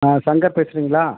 ஆ சங்கர் பேசுகிறீங்களா